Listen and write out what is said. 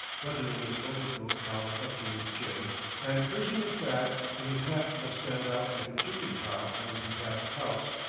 buttoning his overcoat collar up to his chin and cursing the fact that his hat must stand out like a chimney-pot on a detached house,